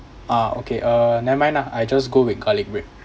ah okay uh never mind lah I just go with garlic bread